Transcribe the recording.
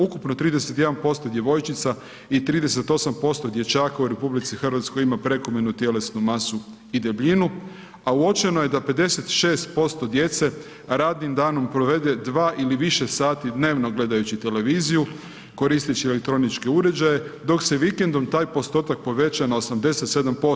Ukupno 31% djevojčica i 38% dječaka u RH ima prekomjernu tjelesnu masu i debljinu, a uočeno je da 56% djece radnim radno provede 2 ili više sati dnevno gledajući televiziju, koristeći elektroničke uređaje, dok se vikendom taj postotak poveća na 87%